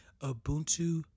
Ubuntu